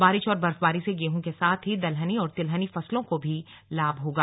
बारिश और बर्फबारी से गेहूं के साथ ही दलहनी और तिलहनी फसलों को भी लाभ होगा